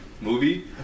movie